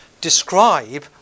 describe